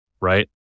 right